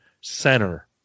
center